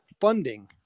funding